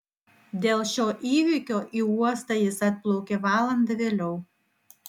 dėl šio įvykio į uostą jis atplaukė valanda vėliau